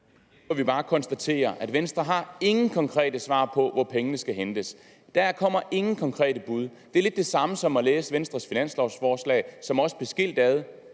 må vi bare konstatere, at Venstre ikke har nogen konkrete svar på, hvor pengene skal hentes. Der kommer ingen konkrete bud. Det er lidt det samme som at læse Venstres finanslovforslag, som også blev skilt ad